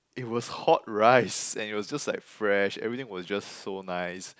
it was hot rice and it was just like fresh everything was just so nice